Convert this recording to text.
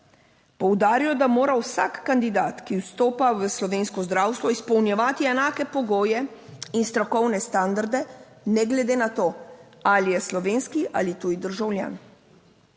Poudaril, da mora vsak kandidat, ki vstopa v slovensko zdravstvo, izpolnjevati enake pogoje in strokovne standarde, ne glede na to, ali je slovenski ali tuji državljan.